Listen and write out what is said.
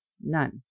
None